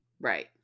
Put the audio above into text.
right